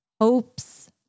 hopes